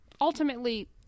ultimately